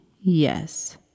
Yes